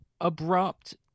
abrupt